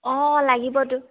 অঁ লাগিবতো